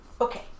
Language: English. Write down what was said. Okay